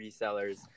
resellers